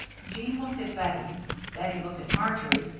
jean looked at bettie, bettie looked at marjory,